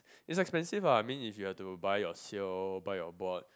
is expensive ah I mean if you have to buy your sail buy your board